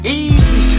easy